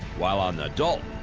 while on the dalton,